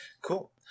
Cool